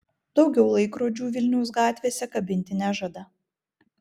daugiau laikrodžių vilniaus gatvėse kabinti nežada